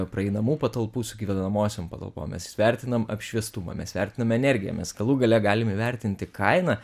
praeinamų patalpų su gyvenamosiom patalpom mes vertinam apšviestumą mes vertinam energiją mes galų gale galim įvertinti kainą